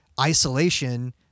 isolation